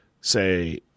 say